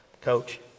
Coach